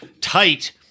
tight